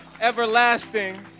everlasting